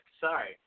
sorry